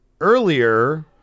Earlier